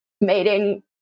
mating